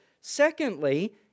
Secondly